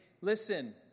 listen